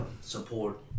support